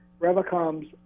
Revacom's